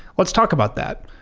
let's talk about that.